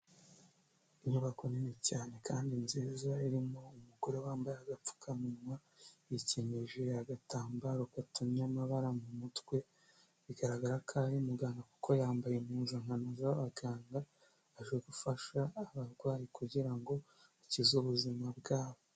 Inyubako nini cyane kandi nziza irimo umugore wambaye agapfukamunwa, yikenyeje agatambaro katamye amabara mu mutwe bigaragara ko ari muganga, kuko yambaye impuzankano z'abaganga aje gufasha abarwayi kugira ngo akize ubuzima bwabo.